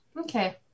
Okay